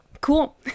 Cool